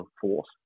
Force